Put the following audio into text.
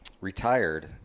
retired